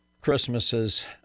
Christmases